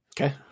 Okay